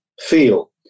feel